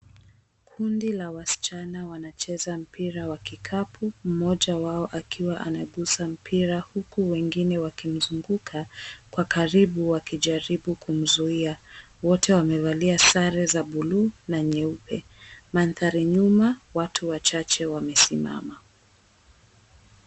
Kundi la wasichana wanacheza mpira wa kikapu, mmoja wao akiwa anagusa mpira huku wengine wakimzunguka kwa karibu wakijaribu kumzuia. Wote wamevalia sare za buluu na nyeupe. Maandhari nyuma watu wachache wamesimama.